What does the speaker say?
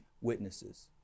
witnesses